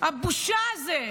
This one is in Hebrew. הבושה הזה,